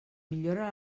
millora